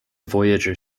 voyager